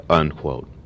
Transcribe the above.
unquote